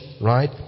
right